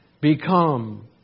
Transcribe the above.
become